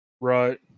Right